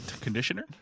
Conditioner